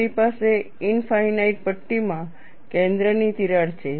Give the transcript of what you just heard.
તમારી પાસે ઇનફાઇનાઇટ પટ્ટીમાં કેન્દ્રની તિરાડ છે